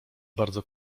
bardzo